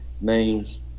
names